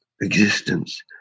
existence